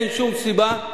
אין שום סיבה,